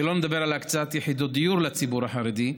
שלא נדבר על הקצאת יחידות דיור לציבור החרדי,